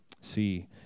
See